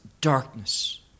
darkness